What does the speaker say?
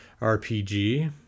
rpg